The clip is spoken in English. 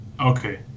Okay